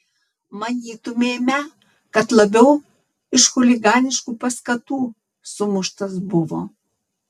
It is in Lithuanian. manytumėme kad labiau iš chuliganiškų paskatų sumuštas buvo